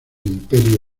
imperio